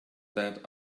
that